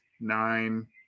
nine